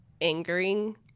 angering